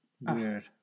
Weird